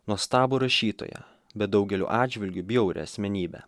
nuostabų rašytoją bet daugeliu atžvilgių bjaurią asmenybę